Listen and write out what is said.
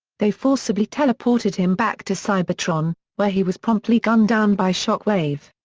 they forcibly teleported him back to cybertron where he was promptly gunned down by shockwave.